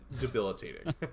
debilitating